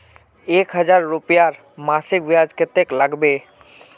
एक हजार रूपयार मासिक ब्याज कतेक लागबे?